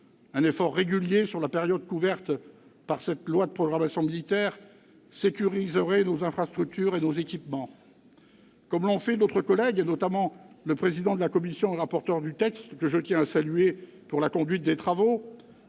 Un effort régulier sur la période couverte par cette loi de programmation militaire sécuriserait nos infrastructures et nos équipements. Comme l'ont fait d'autres collègues, notamment le président de la commission et rapporteur du texte, que je tiens à saluer pour la conduite des travaux,